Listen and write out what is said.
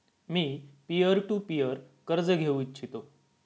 me peer to peer कर्ज घेऊ इच्छितो